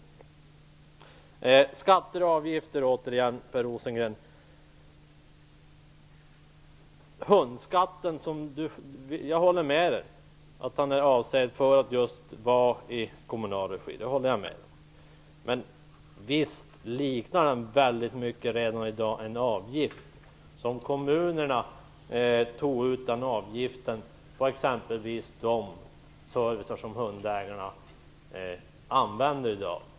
Sedan till detta med skatter och avgifter. Jag håller med Per Rosengren om att hundskatten är avsedd för att vara i kommunal regi. Men visst liknar den redan i dag väldigt mycket den avgift som kommunerna tar ut för den service som hundägarna använder i dag.